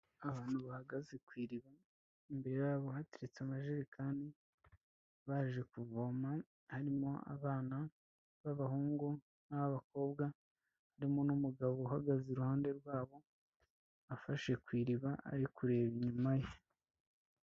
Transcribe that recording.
Abantu bahagaze ku iriba, imbere yabo haturetse amajerekani, baje kuvoma, harimo abana b'abahungu n'abakobwa, harimo n'umugabo uhagaze iruhande rwabo, afashe ku iriba, ari kureba inyuma ye.